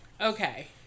okay